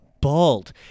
bald